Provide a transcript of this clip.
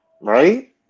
Right